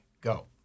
Go